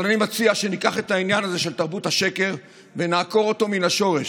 אני מציע שניקח את העניין הזה של תרבות השקר ונעקור אותו מהשורש,